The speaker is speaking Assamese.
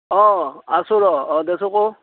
অ' আছোঁ ৰ'